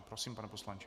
Prosím, pane poslanče.